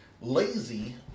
lazy